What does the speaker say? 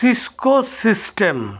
Cisco system